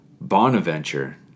Bonaventure